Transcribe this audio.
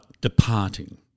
departing